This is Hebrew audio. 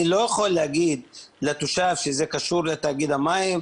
אני לא יכול להגיד לתושב שזה קשור לתאגיד המים,